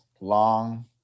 long